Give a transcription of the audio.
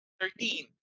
Thirteen